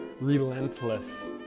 relentless